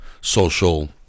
social